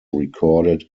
recorded